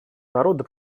народа